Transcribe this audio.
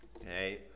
okay